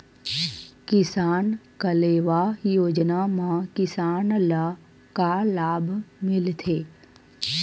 किसान कलेवा योजना म किसान ल का लाभ मिलथे?